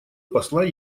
посла